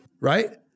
Right